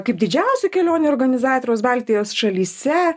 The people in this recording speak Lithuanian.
kaip didžiausių kelionių organizatoriaus baltijos šalyse